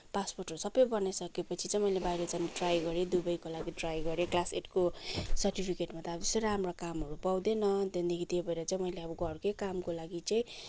पासपोर्टहरू सबै बनाइसकेपछि चाहिँ मैले बाहिर जान ट्राई गरेँ दुबईको लागि ट्राई गरेँ क्लास एटको सर्टिफिकेटमा त अब त्यस्तो राम्रो कामहरू पाउँदैन त्यहाँदेखि त्यही भएर चाहिँ घरकै कामको लागि चाहिँ